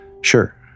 Sure